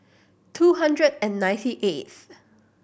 two hundred and ninety eighth